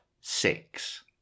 six